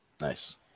nice